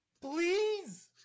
please